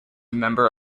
member